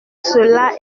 cela